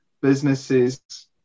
businesses